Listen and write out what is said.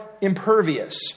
impervious